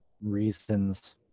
reasons